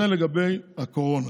זה לגבי הקורונה.